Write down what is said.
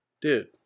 Dude